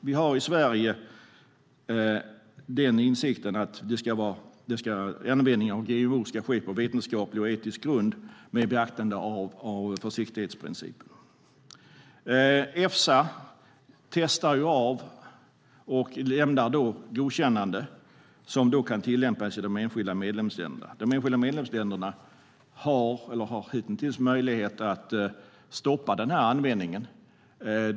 Vi har i Sverige den insikten att användningen av GMO ska ske på vetenskaplig och etisk grund med beaktande av försiktighetsprincipen. Efsa testar och lämnar godkännande som då kan tillämpas i de enskilda medlemsländerna. De enskilda medlemsländerna har hittills haft möjlighet att stoppa användningen.